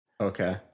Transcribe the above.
Okay